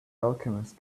alchemist